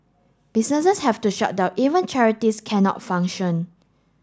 businesses have to shut down even charities cannot function